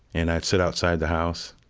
and i'd sit outside the house,